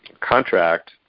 contract